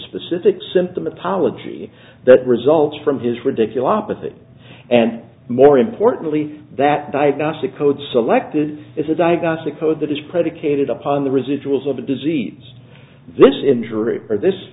specific symptomatology that results from his ridiculous position and more importantly that diagnostic code selected is a diagnostic code that is predicated upon the residuals of the disease this injury or this